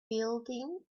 building